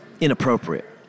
inappropriate